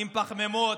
עם פחמימות,